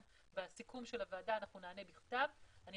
של הוועדה, נעלה בכתב את הנקודות.